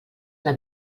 una